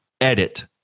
edit